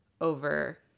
over